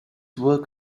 work